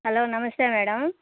hello నమస్తే madam